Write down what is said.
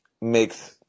makes